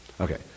Okay